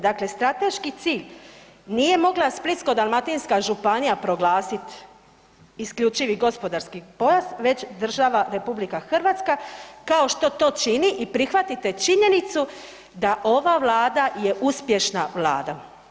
Dakle strateški cilj nije mogla Splitsko-dalmatinska županija proglasiti isključivi gospodarski pojas već država RH kao što to čini i prihvatite činjenicu da ova Vlada je uspješna Vlada.